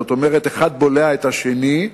זאת אומרת: אחד בולע את השני.